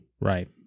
right